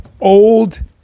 old